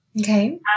Okay